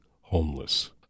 homeless